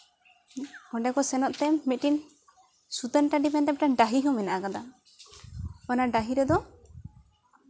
ᱚᱸᱰᱮ ᱠᱚ ᱥᱮᱱᱚᱜ ᱛᱮ ᱢᱤᱫᱴᱤᱱ ᱥᱩᱛᱟᱹᱱ ᱴᱟᱺᱰᱤ ᱢᱮᱱᱛᱮ ᱢᱤᱫᱴᱮᱱ ᱰᱟᱹᱦᱤ ᱦᱚᱸ ᱢᱮᱱᱟᱜ ᱠᱟᱫᱟ ᱚᱱᱟ ᱰᱟᱹᱦᱤ ᱨᱮᱫᱚ